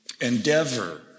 Endeavor